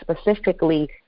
specifically